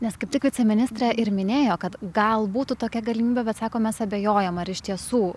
nes kaip tik viceministrė ir minėjo kad gal būtų tokia galimybė bet sako mes abejojam ar iš tiesų